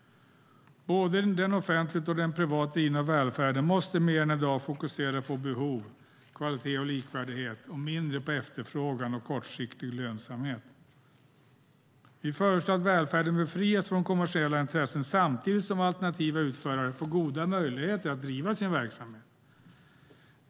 Både den offentligt och den privat drivna välfärden måste mer än i dag fokusera på behov, kvalitet och likvärdighet och mindre på efterfrågan och kortsiktig lönsamhet. Vi föreslår att välfärden befrias från kommersiella intressen samtidigt som alternativa utförare får goda möjligheter att driva sin verksamhet.